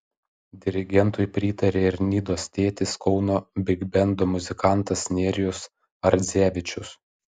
dirigentui pritarė ir nidos tėtis kauno bigbendo muzikantas nerijus ardzevičius